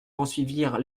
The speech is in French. poursuivirent